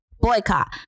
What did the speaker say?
boycott